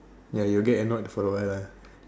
ya you will get annoyed for a while lah